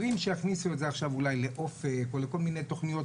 אומרים שיכניסו את זה עכשיו אולי לאופק או לכל מיני תכניות,